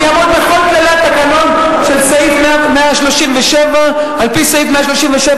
אני אעמוד בכל כללי התקנון של סעיף 137. על-פי סעיף 137